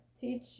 teach